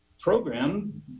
program